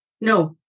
No